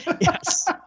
Yes